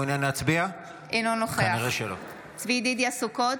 אינו נוכח צבי ידידיה סוכות,